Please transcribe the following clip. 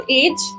age